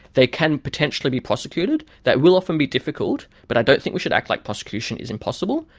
they can potentially be prosecuted. that will often be difficult but i don't think we should act like prosecution is impossible.